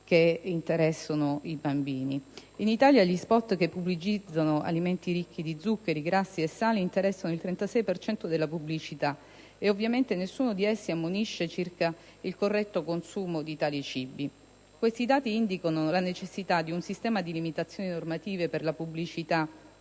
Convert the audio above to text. che interessano i bambini. In Italia, gli *spot* che pubblicizzano alimenti ricchi di zuccheri, grassi e sali interessano il 36 per cento della pubblicità e - ovviamente - nessuno di essi ammonisce circa il corretto consumo di tali cibi. Questi dati indicano la necessità di un sistema di limitazioni normative per la pubblicità